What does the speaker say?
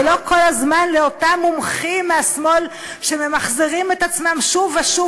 ולא כל הזמן לאותם מומחים מהשמאל שממחזרים את עצמם שוב ושוב,